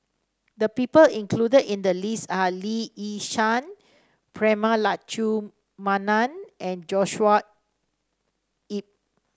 the people included in the list are Lee Yi Shyan Prema Letchumanan and Joshua Ip